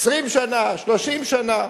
20 שנה, 30 שנה.